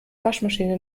waschmaschine